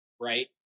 right